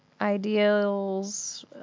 ideals